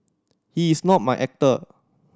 he is not my actor